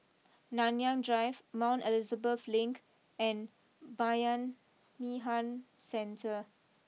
Nanyang Drive Mount Elizabeth Link and Bayanihan Centre